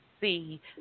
See